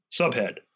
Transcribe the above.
Subhead